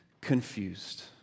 confused